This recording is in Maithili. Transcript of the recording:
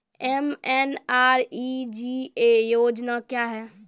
एम.एन.आर.ई.जी.ए योजना क्या हैं?